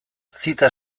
zita